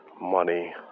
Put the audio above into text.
money